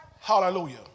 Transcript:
Hallelujah